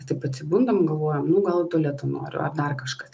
taip atsibundam galvojam nu gal į tualetą ar dar kažkas